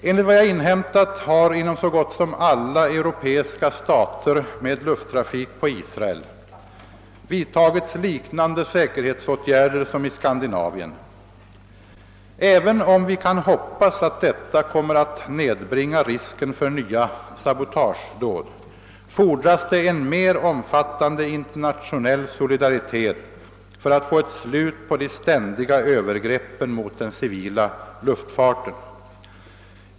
Enligt vad jag inhämtat har inom så gott som alla europeiska stater med lufttrafik på Israel vidtagits liknande säkerhetsåtgärder som i Skandinavien. Även om vi kan hoppas att detta kommer att nedbringa risken för nya sabotagedåd, fordras det en mer omfattande internationell solidaritet för att få ett slut på de ständiga övergreppen mot den civila luftfarten.